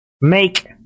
make